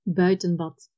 buitenbad